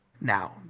now